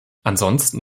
ansonsten